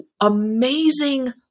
amazing